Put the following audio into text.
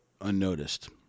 unnoticed